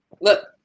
look